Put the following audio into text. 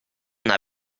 una